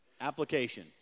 Application